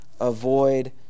avoid